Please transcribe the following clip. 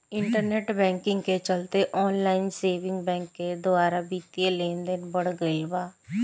internet banking के चलते online saving bank के द्वारा बित्तीय लेनदेन बढ़ गईल बा